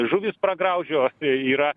žuvys pragraužė o yra